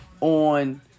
on